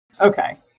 Okay